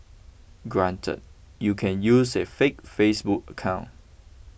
granted you can use a fake Facebook account